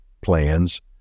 plans